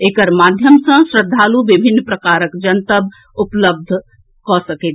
एकर माध्यम सॅ श्रद्दालु विभिन्न प्रकारक जनतब उपलब्ध भऽ सकत